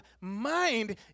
mind